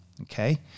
Okay